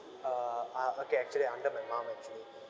uh I okay actually I under my mum actually